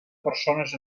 persones